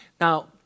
Now